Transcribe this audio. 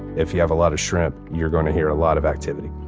if you have a lot of shrimp you're going to hear a lot of activity